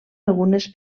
algunes